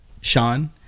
sean